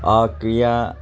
ক্ৰীড়া